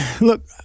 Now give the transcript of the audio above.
Look